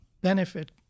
benefit